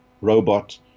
robot